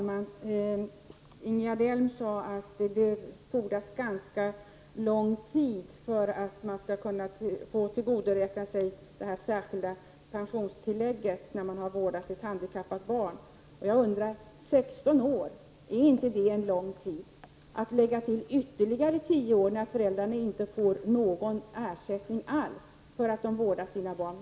Herr talman! Ingegerd Elm sade att det skall fordras ganska lång tids vård av ett handikappat barn för att man skall få tillgodoräkna sig det särskilda pensionstillägget. Men är inte 16 år en lång tid? Det är orimligt att lägga till ytterligare tio år under vilka föräldrarna inte skall få någon ersättning alls för att de vårdat sina barn.